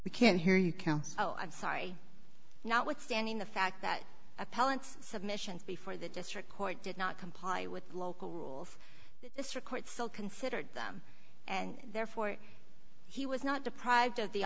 we can hear you counsel i'm sorry not withstanding the fact that appellant submissions before the district court did not comply with local rules that this record still considered them and therefore he was not deprived of the